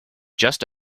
just